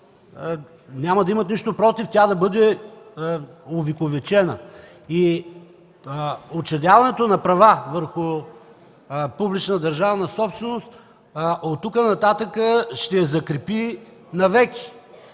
няма да имат нищо против тя да бъде увековечена. Учредяването на права върху публична държавна собственост от тук нататък ще закрепи навеки,